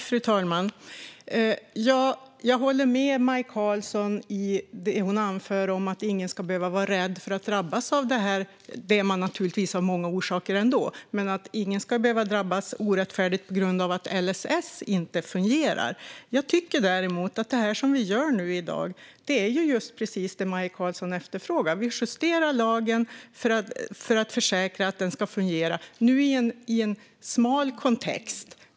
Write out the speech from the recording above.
Fru talman! Jag håller med Maj Karlsson om det som hon anför om att ingen ska behöva vara rädd för att drabbas av detta, även om man naturligtvis är det av många orsaker ändå. Men ingen ska behöva drabbas orättfärdigt på grund av att LSS inte fungerar. Jag tycker däremot att det som vi nu gör i dag är precis det som Maj Karlsson efterfrågar. Vi justerar lagen för att försäkra att den ska fungera, nu i en smal kontext.